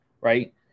right